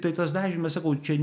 tai tas dažymas sakau čia